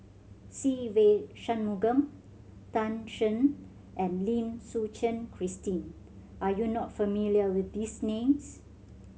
Se Ve Shanmugam Tan Shen and Lim Suchen Christine are you not familiar with these names